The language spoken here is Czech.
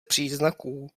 příznaků